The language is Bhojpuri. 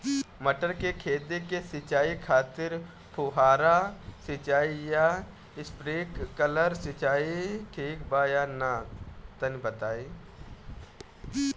मटर के खेती के सिचाई खातिर फुहारा सिंचाई या स्प्रिंकलर सिंचाई ठीक बा या ना तनि बताई?